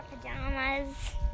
pajamas